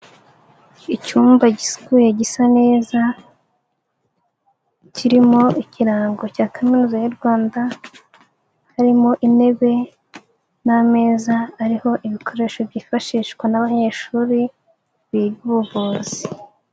Icyumba gisukuye gisa neza, kirimo ikirango cya kaminuza y'u Rwanda, harimo intebe, n'ameza ariho ibikoresho byifashishwa n'abanyeshuri biga ubuvuzi.